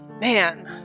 man